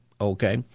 okay